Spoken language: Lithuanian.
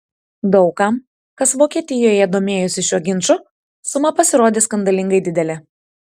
daug kam kas vokietijoje domėjosi šiuo ginču suma pasirodė skandalingai didelė